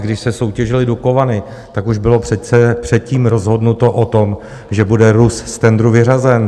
Když se soutěžily Dukovany, tak už bylo přece předtím rozhodnuto o tom, že bude Rus z tendru vyřazen.